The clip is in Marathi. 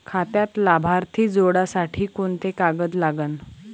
खात्यात लाभार्थी जोडासाठी कोंते कागद लागन?